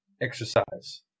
exercise